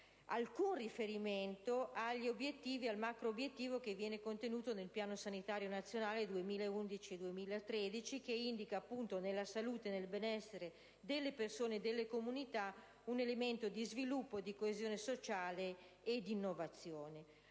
alcun riferimento al macrobiettivo contenuto nel Piano sanitario nazionale 2011-2013, che indica appunto nella salute e nel benessere delle persone e delle comunità un elemento di sviluppo, di coesione sociale e di innovazione,